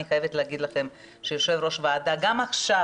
ואני חייבת להגיד לכם שיושב-ראש הוועדה נמצא גם עכשיו